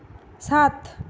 সাত